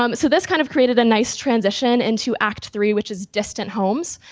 um so this kind of created a nice transition into act three, which is distant homes.